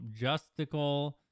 justical